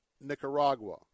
Nicaragua